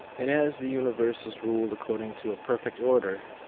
and as the universe is ruled according to a perfect order,